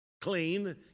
clean